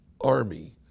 army